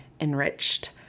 enriched